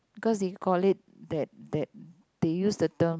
cause they call it that that they use the term